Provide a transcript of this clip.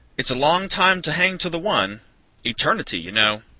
it's a long time to hang to the one eternity, you know.